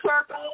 circle